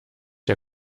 der